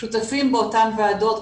שותפים באותן ועדות,